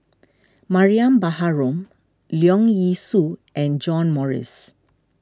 Mariam Baharom Leong Yee Soo and John Morrice